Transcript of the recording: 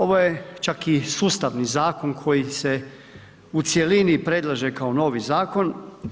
Ovo je čak i sustavni zakon koji se u cjelini predlaže kao novi zakon.